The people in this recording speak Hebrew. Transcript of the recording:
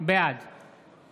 בעד